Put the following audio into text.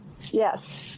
Yes